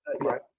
right